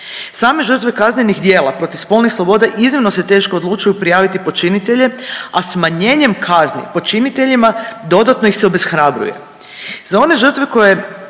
Same žrtve kaznenih djela protiv spolnih sloboda iznimno se teško odlučuju prijaviti počinitelje, a smanjenjem kazni počiniteljima dodatno ih se obeshrabruje. Za one žrtve koje